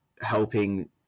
helping